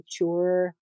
mature